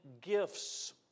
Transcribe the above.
gifts